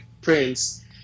Prince